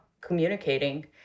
communicating